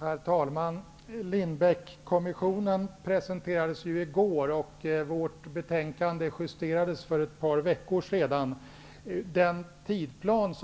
Herr talman! Lindbeckkommissionens rapport presenterades i går, och vårt betänkande justerades för ett par veckor sedan. Enligt den tänkta tidsplanen